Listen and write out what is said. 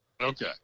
okay